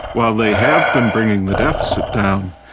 while they have been bringing the deficit down,